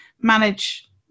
manage